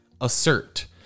Assert